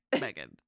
Megan